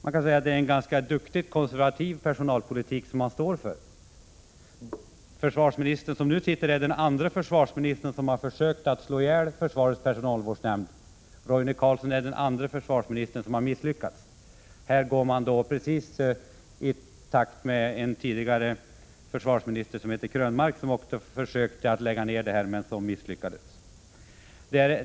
Man kan säga att det är en ganska duktig konservativ personalpolitik som socialdemokraterna står för. Den nuvarande försvarsministern är den andre försvarsminister som har försökt att slå i försvarets personalvårdsnämnd. Roine Carlsson är alltså den andre försvarsminister som har misslyckats med detta. Han går precis i takt med den tidigare försvarsministern Krönmark som också misslyckades med sitt försök att avskaffa nämnden.